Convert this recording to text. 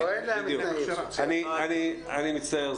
אני מצטער.